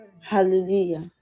Hallelujah